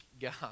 God